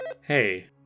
Hey